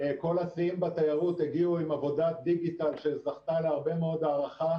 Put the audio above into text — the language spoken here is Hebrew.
כל השיאים בתיירות הגיעו עם עבודת דיגיטל שזכתה להרבה מאוד הערכה.